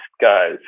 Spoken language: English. guys